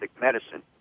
medicine